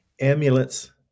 amulets